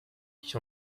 ich